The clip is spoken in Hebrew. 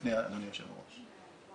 לפני אדוני היושב ראש.